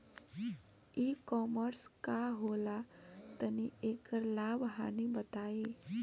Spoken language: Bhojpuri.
ई कॉमर्स का होला तनि एकर लाभ हानि बताई?